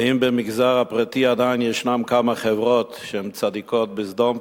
ואם במגזר הפרטי עדיין יש כמה חברות שהן "צדיקות בסדום",